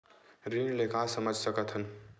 ऋण ले का समझ सकत हन?